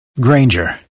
Granger